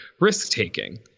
risk-taking